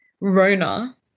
Rona